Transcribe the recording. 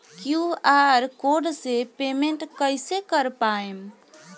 QR code से payment कईसे कर पाएम?